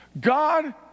God